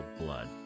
blood